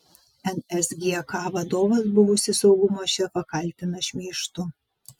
nsgk vadovas buvusį saugumo šefą kaltina šmeižtu